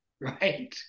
right